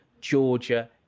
Georgia